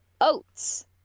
oats